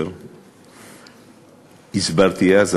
10. הסברתי אז,